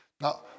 Now